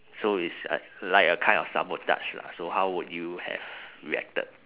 so it's uh like a kind of sabotage lah so how would you have reacted